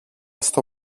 στο